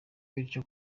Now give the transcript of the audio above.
bityo